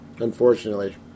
Unfortunately